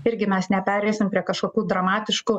irgi mes nepereisim prie kažkokių dramatiškų